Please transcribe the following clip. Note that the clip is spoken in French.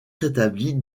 rétablie